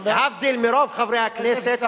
להבדיל מרוב חברי הכנסת.